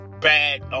bad